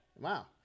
wow